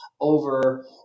over